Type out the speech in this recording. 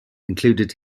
included